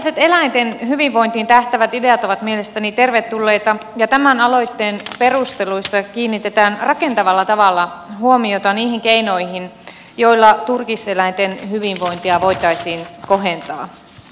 kaikenlaiset eläinten hyvinvointiin tähtäävät ideat ovat mielestäni tervetulleita ja tämän aloitteen perusteluissa kiinnitetään rakentavalla tavalla huomiota niihin keinoihin joilla turkiseläinten hyvinvointia voitaisiin kohentaa